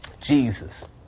Jesus